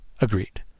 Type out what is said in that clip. Agreed